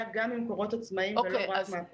גם ממקורות עצמאיים ולא רק מן האפוטרופוס.